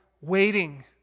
waiting